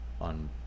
on